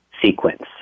Sequence